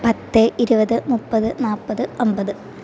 പത്ത് ഇരുപത് മുപ്പത് നാല്പത് അമ്പത്